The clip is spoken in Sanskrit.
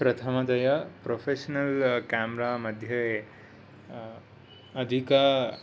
प्रथमतया प्रोफेशनल् क्यामेरा मध्ये अधिक